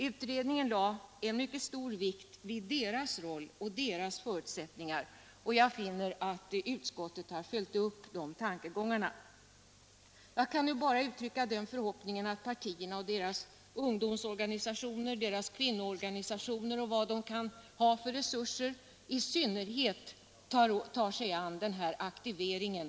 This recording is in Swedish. Utredningen lade mycket stor vikt vid deras roll och deras förutsättningar, och jag finner att utskottet har följt upp de tankegångarna. Jag kan nu bara uttrycka den förhoppningen att partierna och deras ungdomsorganisationer, kvinnoorganisationer och vad de kan ha för resurser tar sig an i synnerhet den här aktiveringen.